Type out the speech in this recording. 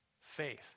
faith